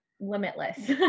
limitless